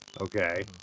okay